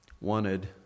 wanted